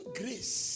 grace